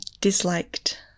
disliked